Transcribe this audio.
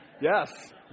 Yes